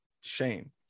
shame